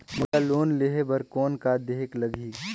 मोला लोन लेहे बर कौन का देहेक लगही?